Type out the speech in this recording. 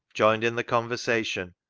joined in the conversation,